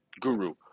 guru